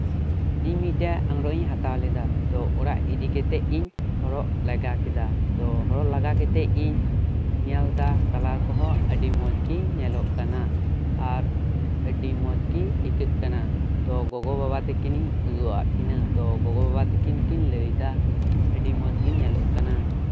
ᱤᱧ ᱢᱤᱫᱴᱮᱱ ᱟᱸᱜᱽᱨᱚᱵ ᱤᱧ ᱦᱟᱛᱟᱣ ᱞᱮᱫᱟ ᱛᱳ ᱚᱲᱟᱜ ᱤᱫᱤ ᱠᱟᱛᱮᱫ ᱤᱧ ᱦᱚᱨᱚᱜ ᱞᱟᱜᱟ ᱠᱮᱫᱟ ᱛᱳ ᱦᱚᱨᱚᱜ ᱞᱟᱜᱟ ᱠᱟᱛᱮᱫ ᱤᱧ ᱧᱮᱞ ᱮᱫᱟ ᱠᱟᱞᱟᱨ ᱠᱚᱸᱦᱚ ᱟᱹᱰᱤ ᱢᱚᱸᱡᱽ ᱜᱮ ᱧᱮᱞᱚᱜ ᱠᱟᱱᱟ ᱟᱨ ᱟᱹᱰᱤ ᱢᱚᱸᱡᱽ ᱜᱮ ᱟᱹᱭᱠᱟᱹᱜ ᱠᱟᱱᱟ ᱛᱚ ᱜᱚᱜᱚ ᱵᱟᱵᱟ ᱛᱟᱹᱠᱤᱱ ᱤᱧ ᱩᱫᱩᱜ ᱟᱫ ᱠᱤᱱᱟ ᱛᱳ ᱜᱚᱜᱚ ᱵᱟᱵᱟ ᱛᱟᱹᱠᱤᱱ ᱠᱤᱱ ᱞᱟᱹᱭ ᱮᱫᱟ ᱟᱹᱰᱤ ᱢᱚᱸᱡᱽ ᱜᱮ ᱧᱮᱞᱚᱜ ᱠᱟᱱᱟ